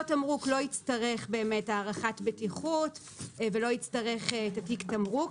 אותו תמרוק לא יצטרך באמת הערכת בטיחות ולא יצטרך את תיק התמרוק.